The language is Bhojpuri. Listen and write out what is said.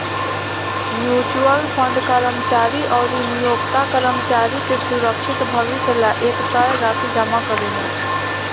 म्यूच्यूअल फंड कर्मचारी अउरी नियोक्ता कर्मचारी के सुरक्षित भविष्य ला एक तय राशि जमा करेला